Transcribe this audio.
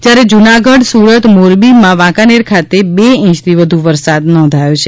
જયારે જુનાગઢ સુરત મોરબીમાં વાંકાનેર ખાતે બે ઇંચથી વધુ વરસાદ નોંધાયો છે